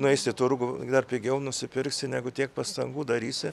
nueisi į turgų dar pigiau nusipirksi negu tiek pastangų darysi